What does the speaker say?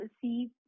see